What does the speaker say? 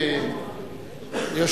אילטוב.